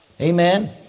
Amen